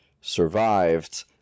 survived